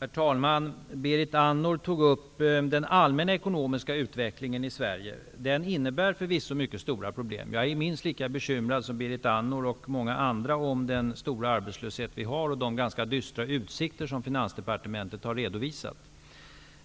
Herr talman! Berit Andnor tog upp den allmänna ekonomiska utvecklingen i Sverige. Den innebär förvisso mycket stora problem. Jag är minst lika bekymrad som Berit Andnor och många andra för den stora arbetslöshet som vi har och de ganska dystra utsikter som Finansdepartementet har redovisat.